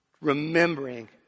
Remembering